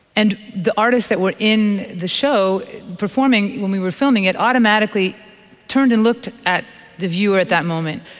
and the artists that were in the show performing when we were filming it automatically turned and looked at the viewer at that moment.